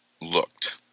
looked